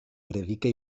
predica